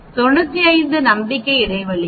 95 நம்பிக்கை இடைவெளியில்